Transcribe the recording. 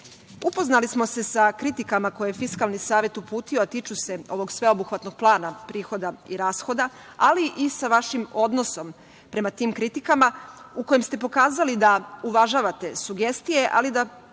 smo se sa kritikama koje je Fiskalni savet uputio, a tiču se ovog sveobuhvatnog plana prihoda i rashoda, ali i sa vašim odnosom prema tim kritikama u kojem ste pokazali da uvažavate sugestije, ali da